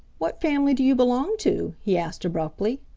what family do you belong to? he asked abruptly.